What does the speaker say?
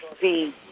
see